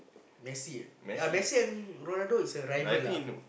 Messi ah ya Messi and Ronaldo is a rival lah a bit